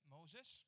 Moses